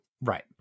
Right